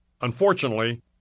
Unfortunately